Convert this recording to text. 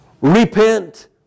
repent